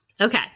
Okay